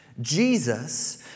Jesus